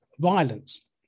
violence